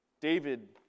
David